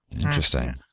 interesting